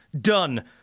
done